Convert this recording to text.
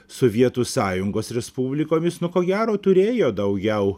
sovietų sąjungos respublikomis nu ko gero turėjo daugiau